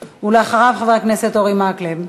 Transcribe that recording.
אחריו, חבר הכנסת אורי מקלב.